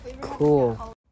Cool